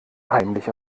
heimlich